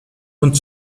und